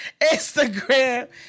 Instagram